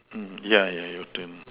yeah yeah